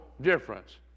difference